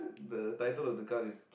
the title of the card is